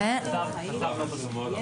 תודה רבה על הדיון,